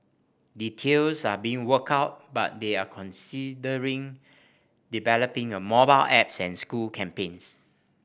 details are being worked out but they are considering developing a mobile apps and school campaigns